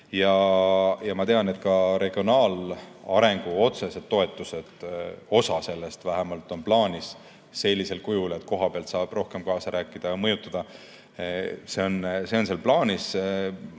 Ma tean, et ka regionaalarengu otsesed toetused, osa sellest vähemalt, on plaanis sellisel kujul, et kohapealt saab rohkem kaasa rääkida ja mõjutada. See on seal plaanis.